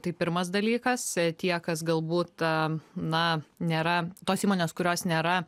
tai pirmas dalykas tie kas galbūt na nėra tos įmonės kurios nėra